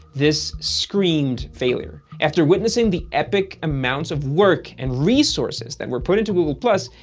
this screamed failure. after witnessing the epic amounts of work and resources that were put into google plus,